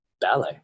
ballet